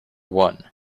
one